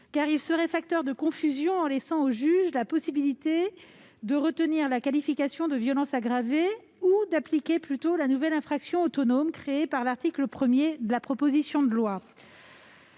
en effet un facteur de confusion, le juge ayant la possibilité de retenir la qualification de violences aggravées ou d'appliquer la nouvelle infraction autonome créée par l'article 1 de la proposition de loi.